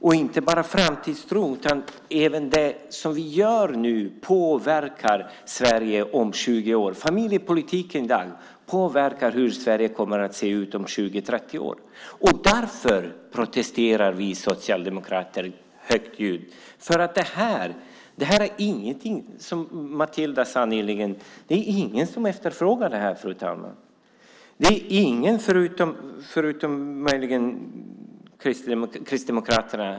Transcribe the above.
Det är inte bara framtidstro, utan även det som vi gör nu påverkar Sverige om 20 år. Familjepolitiken i dag påverkar hur Sverige kommer att se ut om 20-30 år. Därför protesterar vi socialdemokrater högljutt. Det är ingen som efterfrågar det här, som Matilda sade nyss. Det är ingen, förutom möjligen Kristdemokraterna.